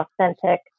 authentic